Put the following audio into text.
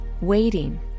waiting